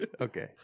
Okay